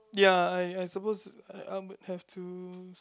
ya I I suppose I I would have to